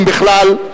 אם בכלל,